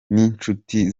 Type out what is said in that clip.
ninshuti